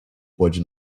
pode